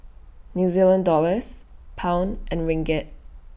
New Zealand Dollars Pound and Ringgit